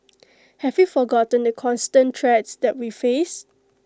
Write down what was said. have we forgotten the constant threats that we face